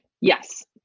Yes